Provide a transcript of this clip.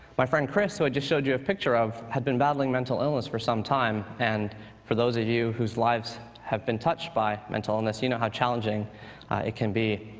my friend chris, who i just showed you a picture of, had been battling mental illness for some time. and for those of you whose lives have been touched by mental illness, you know how challenging it can be.